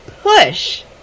push